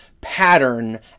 pattern